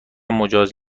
مجاز